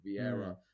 Vieira